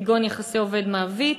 כגון יחסי עובד-מעביד,